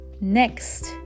next